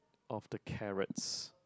of the carrots